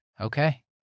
Okay